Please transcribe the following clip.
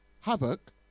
Havoc